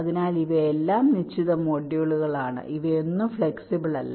അതിനാൽ ഇവയെല്ലാം നിശ്ചിത മൊഡ്യൂളാണ് അവയൊന്നും ഫ്ലെക്സിബിൾ അല്ല